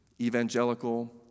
evangelical